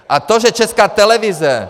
A to, že Česká televize...